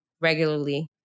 regularly